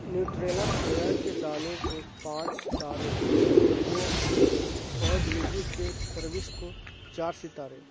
Nutrela soya کے دانے کو پانچ ستارے دو اور ڈیلیوری کے سروس کو چار ستارے